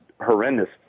horrendous